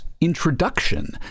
introduction